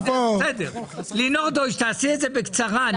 לינור דויטש, תדברי בקצרה.